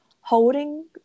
holding